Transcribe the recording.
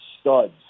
studs